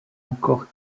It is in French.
encore